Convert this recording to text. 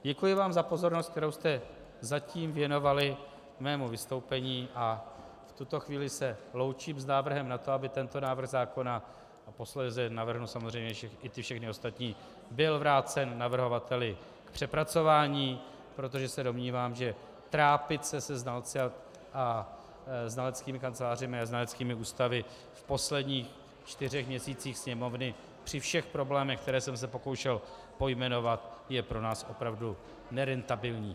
Děkuji vám za pozornost, kterou jste zatím věnovali mému vystoupení, a v tuto chvíli se loučím s návrhem na to, aby tento návrh zákona, a posléze navrhnu samozřejmě i ty všechny ostatní, byl vrácen navrhovateli k přepracování, protože se domnívám, že trápit se se znalci a znaleckými kancelářemi a znaleckými ústavy v posledních čtyřech měsících Sněmovny při všech problémech, které jsem se pokoušel pojmenovat, je pro nás opravdu nerentabilní.